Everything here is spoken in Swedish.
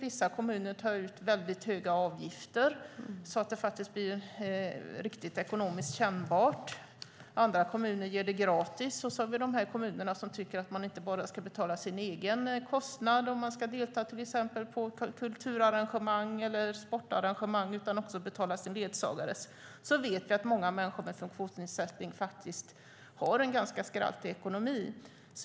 Vissa kommuner tar ut väldigt höga avgifter så att det blir riktigt ekonomiskt kännbart. I andra kommuner är det gratis. Och så har vi kommunerna som tycker att man inte bara ska betala sin egen kostnad om man till exempel ska ta del av kulturarrangemang eller sportarrangemang utan också betala sin ledsagares kostnad. Vi vet att många människor med funktionsnedsättning har en ganska skraltig ekonomi.